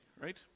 right